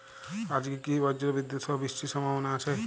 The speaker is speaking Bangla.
আজকে কি ব্রর্জবিদুৎ সহ বৃষ্টির সম্ভাবনা আছে?